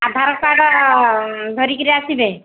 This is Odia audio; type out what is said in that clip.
ଆଧାର କାର୍ଡ଼ ଧରିକିରି ଆସିବେ